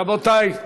רבותי,